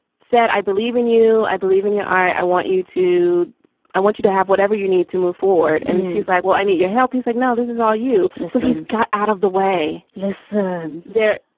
said i believe in you i believe in you. i want you to i want you to have whatever you need to move forward. and she's like, well, i need your help he's like, now this is all you. and so he's got out of the way this. ah and there